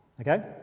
okay